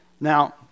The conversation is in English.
Now